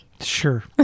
Sure